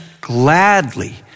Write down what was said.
gladly